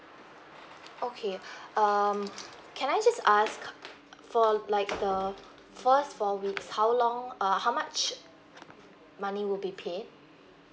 okay um can I just ask for like the first four weeks how long err how much money will be paid